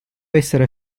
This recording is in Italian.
essere